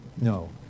no